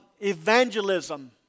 evangelism